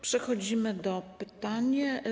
Przechodzimy do pytań.